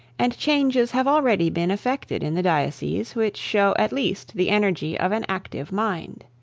and changes had already been affected in the diocese which show at least the energy of an active mind.